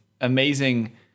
amazing